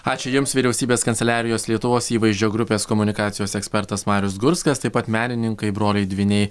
ačiū jums vyriausybės kanceliarijos lietuvos įvaizdžio grupės komunikacijos ekspertas marius gurskas taip pat menininkai broliai dvyniai